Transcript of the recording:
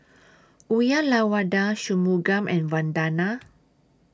Uyyalawada Shunmugam and Vandana